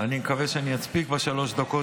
אני מקווה שאני אספיק בשלוש דקות,